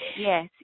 yes